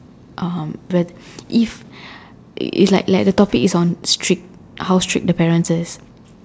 um but if if like like the topic is on strict how strict the parents is